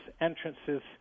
entrances